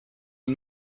and